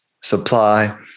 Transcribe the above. supply